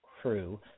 crew